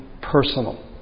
personal